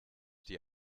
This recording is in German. die